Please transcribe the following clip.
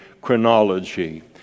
chronology